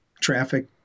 traffic